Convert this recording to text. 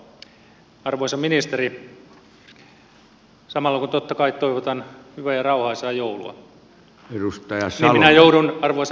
arvoisa ministeri samalla kun totta kai toivotan hyvää ja rauhaisaa joulua minä joudun arvoisa puhemies kysymään